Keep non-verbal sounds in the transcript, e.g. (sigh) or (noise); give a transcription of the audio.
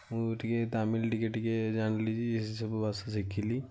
ମୁଁ ବି ଟିକେ ତାମିଲ ଟିକେ ଟିକେ ଜାଣିଲି (unintelligible) ସବୁ ଭାଷା ଶିଖିଲି